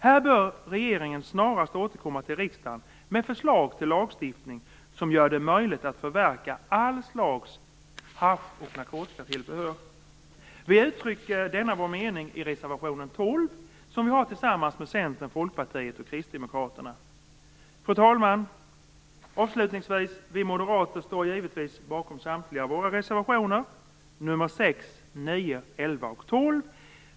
Här bör regeringen snarast återkomma till riksdagen med förslag till lagstiftning som gör det möjligt att förverka allt slags hasch och narkotikatillbehör. Vi uttrycker denna vår mening i reservation 12, som vi har tillsammans med Fru talman! Vi moderater står givetvis bakom samtliga våra reservationer nr 6, 9, 11 och 12.